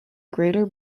greater